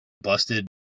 busted